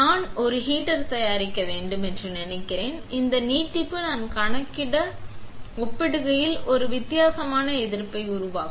நான் ஒரு ஹீட்டர் தயாரிக்க வேண்டும் என்று நினைக்கிறேன் இந்த நீட்டிப்பு நான் கணக்கிட என்ன ஒப்பிடுகையில் ஒரு வித்தியாசமான எதிர்ப்பை உருவாக்கும்